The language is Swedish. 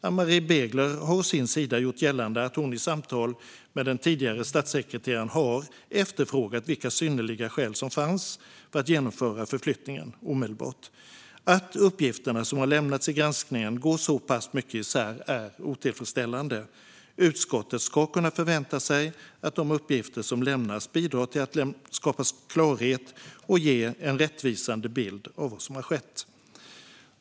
Ann-Marie Begler har å sin sida gjort gällande att hon i samtal med den tidigare statssekreteraren har efterfrågat vilka synnerliga skäl som fanns för att genomföra förflyttningen omedelbart. Att uppgifterna som har lämnats i granskningen går så pass mycket isär är otillfredsställande. Utskottet ska kunna förvänta sig att de uppgifter som lämnas bidrar till att skapa klarhet och ge en rättvisande bild av vad som har skett.